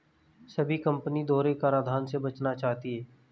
सभी कंपनी दोहरे कराधान से बचना चाहती है